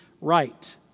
right